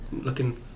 looking